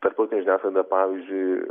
tarptautinėje žiniasklaidoje pavyzdžiui